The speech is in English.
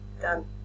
done